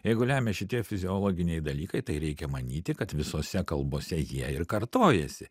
jeigu lemia šitie fiziologiniai dalykai tai reikia manyti kad visose kalbose jie ir kartojasi